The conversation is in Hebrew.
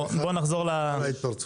בואו נחזור לסדר.